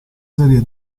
serie